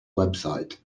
website